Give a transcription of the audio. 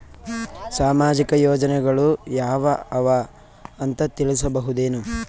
ಸಾಮಾಜಿಕ ಯೋಜನೆಗಳು ಯಾವ ಅವ ಅಂತ ತಿಳಸಬಹುದೇನು?